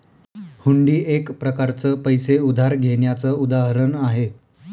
हुंडी एक प्रकारच पैसे उधार घेण्याचं उदाहरण आहे